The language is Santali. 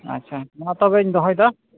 ᱟᱪᱷᱟ ᱢᱟ ᱛᱚᱵᱮᱧ ᱫᱚᱦᱚᱭᱮᱫᱟ